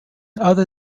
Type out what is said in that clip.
other